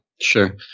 Sure